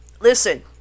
Listen